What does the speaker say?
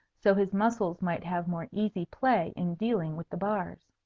so his muscles might have more easy play in dealing with the bars.